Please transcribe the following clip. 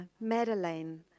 Madeleine